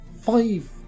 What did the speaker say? five